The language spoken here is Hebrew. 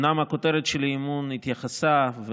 אומנם כותרת האי-אמון התייחסה,